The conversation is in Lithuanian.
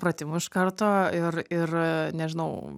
pratimų iš karto ir ir nežinau